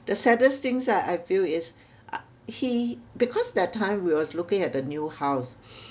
the saddest things that I feel is uh he because that time we was looking at the new house